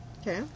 Okay